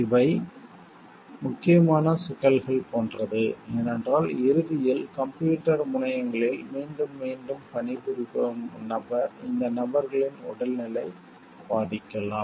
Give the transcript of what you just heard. இவை முக்கியமான சிக்கல்கள் போன்றது ஏனென்றால் இறுதியில் கம்ப்யூட்டர் முனையங்களில் மீண்டும் மீண்டும் பணிபுரியும் நபர் இந்த நபர்களின் உடல்நிலை பாதிக்கலாம்